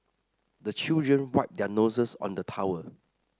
the children wipe their noses on the towel